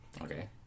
Okay